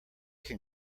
can